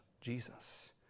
Jesus